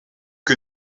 que